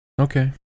Okay